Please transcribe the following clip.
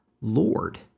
Lord